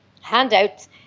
handouts